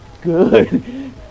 Good